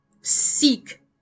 seek